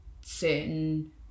certain